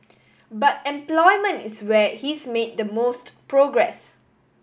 but employment is where he's made the most progress